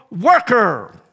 worker